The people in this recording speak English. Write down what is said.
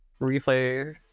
Replay